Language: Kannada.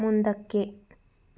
ಮುಂದಕ್ಕೆ